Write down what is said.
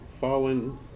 fallen